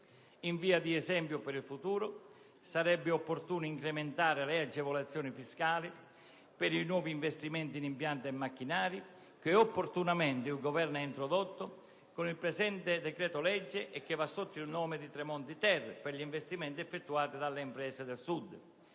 In via di esempio, per il futuro sarebbe opportuno incrementare le agevolazioni fiscali per i nuovi investimenti in impianti e macchinari, che opportunamente il Governo ha introdotto con il presente decreto-legge, misura che va sotto il nome di "Tremonti-*ter*", per gli investimenti effettuati dalle imprese del Sud.